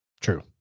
true